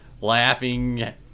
laughing